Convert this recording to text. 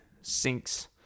sinks